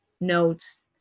notes